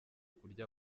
kurya